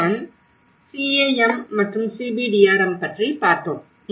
அங்குதான் CAM மற்றும் CBDRM பற்றி பார்த்தோம்